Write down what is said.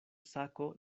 sako